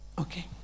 Okay